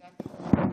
אדוני היושב-ראש,